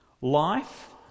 Life